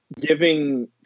giving